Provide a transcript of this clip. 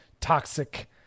toxic